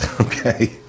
Okay